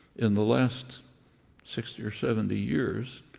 in the last sixty or seventy years,